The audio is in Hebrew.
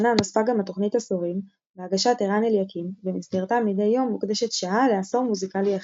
שעות השידור של התחנה הוארכו ורצועת הבוקר נפתחה כבר בשעה 500 בבוקר.